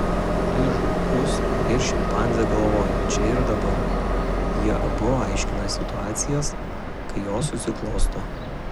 ir žmogus ir šimpanzė galvoja čia ir dabar jie abu aiškina situacijas kai jos susiklosto